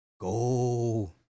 Go